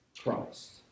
Christ